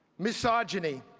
misogyny,